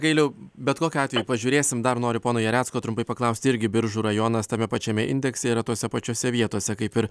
gailiau bet kokiu atveju pažiūrėsime dar noriu pono jarecko trumpai paklausti irgi biržų rajonas tame pačiame indekse yra tose pačiose vietose kaip ir